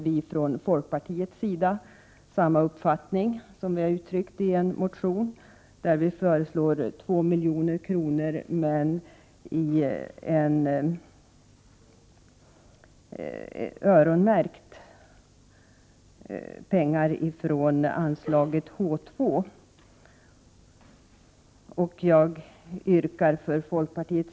Vi från folkpartiets sida har samma uppfattning, vilket vi har uttryckt i motion 1988/89:S0302. Vi föreslår i motionen att 2 milj.kr. ur anslaget H 2 öronmärks för stöd till kvinnojourernas verksamhet.